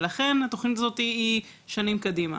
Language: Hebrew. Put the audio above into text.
לכן התכנית הזו היא לשנים קדימה.